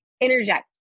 interject